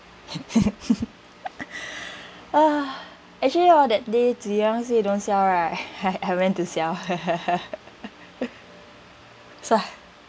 actually hor that day Tze Yang say don't sell right I I went to sell